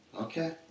okay